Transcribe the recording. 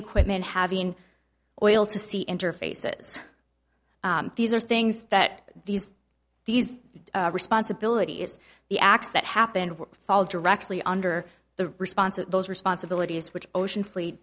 equipment having oil to see interfaces these are things that these these responsibilities the acts that happened fall directly under the response of those responsibilities which ocean fleet